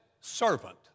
servant